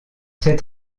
sait